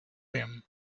him